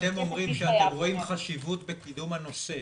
כשאתם אומרים שאתם רואים חשיבות בקידום הנושא,